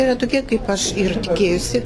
yra tokie kaip aš ir tikėjausi